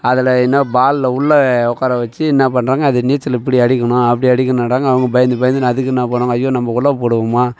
அதில் என்னா பால்ல உள்ள உட்கார வச்சு என்ன பண்ணுறாங்க அது நீச்சல் இப்படி அடிக்கணும் அப்படி அடிக்கணும்டாங்க அவங்க பயந்து பயந்துன்னு அதுக்கு என்ன பண்ணுவாங்கள் ஐயோ நம்ம உள்ள போடுவோமா